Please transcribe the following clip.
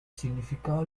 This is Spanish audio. significado